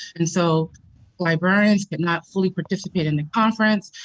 and so librarians could not fully participate in the conference.